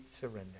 surrender